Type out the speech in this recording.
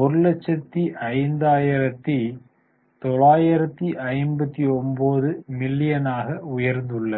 105959 மில்லியனாக உயர்ந்துள்ளது